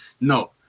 No